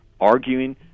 arguing